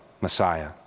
Messiah